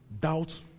doubt